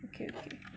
okay okay